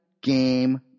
game